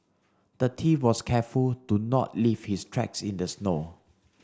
the thief was careful to not leave his tracks in the snow